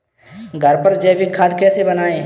घर पर जैविक खाद कैसे बनाएँ?